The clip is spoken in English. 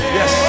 Yes